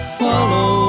follow